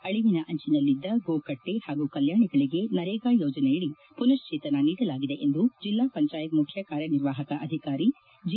ಅಳಿವಿನ ಅಂಚಿನಲ್ಲಿದ್ದ ಗೋಕಟ್ಟೆ ಹಾಗೂ ಕಲ್ಯಾಣಿಗಳಿಗೆ ನರೇಗಾ ಯೋಜನೆಯಡಿ ಪುನಕ್ಷೇತನ ನೀಡಲಾಗಿದೆ ಎಂದು ಜಿಲ್ಲಾ ಪಂಚಾಯತ್ ಮುಖ್ಯ ಕಾರ್ಯನಿರ್ವಾಹಕ ಅಧಿಕಾರಿ ಜಿ